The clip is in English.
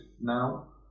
now